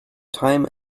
time